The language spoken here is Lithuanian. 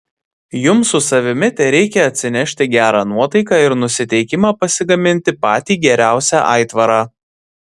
jums su savimi tereikia atsinešti gerą nuotaiką ir nusiteikimą pasigaminti patį geriausią aitvarą